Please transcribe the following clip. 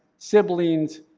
siblings,